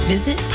Visit